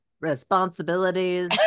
responsibilities